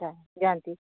ଯାଆନ୍ତି